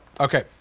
Okay